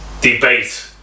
debate